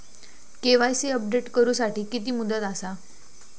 KYC update करू साठी किती मुदत आसा?